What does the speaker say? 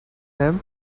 him